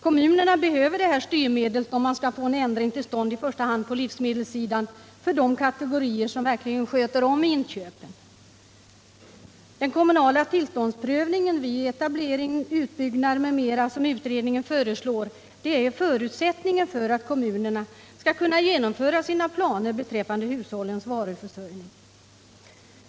Kommunerna behöver det här styrmedlet, om man skall få en ändring till stånd i första hand på livsmedelssidan för de kategorier som verkligen sköter inköpen. Den kommunala tillståndsprövningen vid etablering, utbyggnad m.m. som utredningen föreslår är förutsättningen för att kommunerna skall kunna genomföra sina planer beträffande hushållens varuförsörjning.